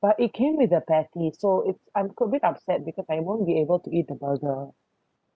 but it came with the patty so it's I'm a bit upset because I won't be able to eat the burger